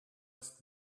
ist